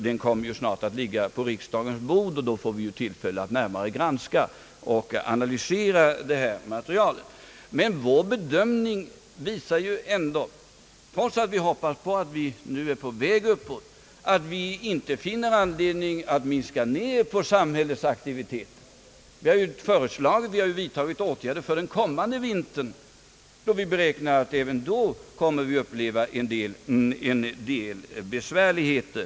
Den kommer snart att ligga på riksdagens bord, och vi får då tillfälle att närmare granska och analysera materialet. Vår bedömning visar ändå, trots att vi hoppas att vi nu är på väg uppåt, att det inte finns anledning att minska på samhällets aktiviteter. Vi har ju vidtagit åtgärder för den kommande vintern, eftersom vi räknar med att även då få uppleva en del besvärligheter.